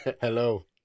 hello